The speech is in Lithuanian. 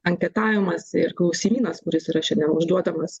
anketavimas ir klausimynas kuris yra šiandien užduodamas